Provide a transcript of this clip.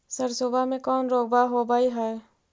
सरसोबा मे कौन रोग्बा होबय है?